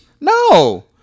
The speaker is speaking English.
No